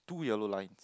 two yellow lines